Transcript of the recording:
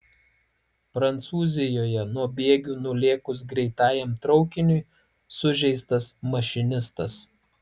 prancūzijoje nuo bėgių nulėkus greitajam traukiniui sužeistas mašinistas